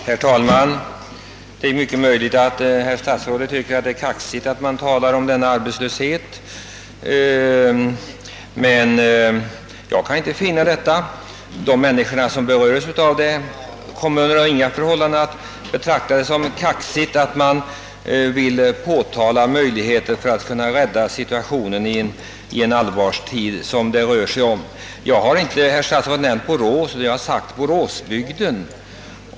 Herr talman! Det är mycket möjligt att statsrådet tycker att det är »kaxigt» att tala om denna arbetslöshet. Jag kan emellertid inte inse det. De människor som drabbas av arbetslösheten kommer under inga förhållanden att betrakta det som kaxigt att någon vill diskutera möjligheterna att rädda situationen i den allvarstid som vi nu befinner oss i. Jag har, herr statsråd, inte nämnt Borås, utan jag talade om boråsbygden.